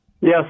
Yes